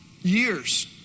years